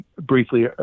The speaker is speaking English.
briefly